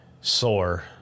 sore